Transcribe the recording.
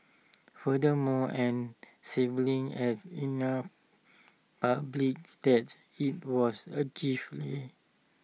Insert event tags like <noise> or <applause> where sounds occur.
furthermore an siblings had <unintelligible> publicly that IT was A gift <hesitation>